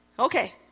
Okay